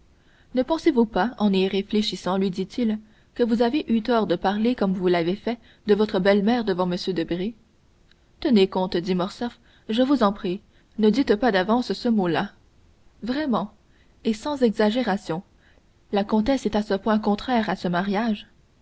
ne pensez-vous pas en y réfléchissant lui dit-il que vous avez eu tort de parler comme vous l'avez fait de votre belle-mère devant m debray tenez comte dit morcerf je vous en prie ne dites pas d'avance ce mot-là vraiment et sans exagération la comtesse est à ce point contraire à ce mariage